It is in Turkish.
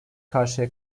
karşıya